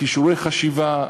כישורי חשיבה,